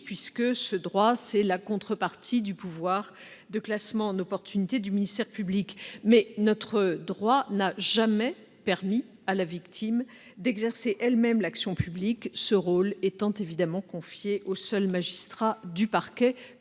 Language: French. où ce droit est la contrepartie du pouvoir de classement en opportunité du ministère public. Mais notre droit n'a jamais permis à la victime d'exercer elle-même l'action publique, ce rôle étant évidemment confié aux seuls magistrats du parquet,